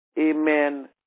Amen